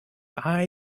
eye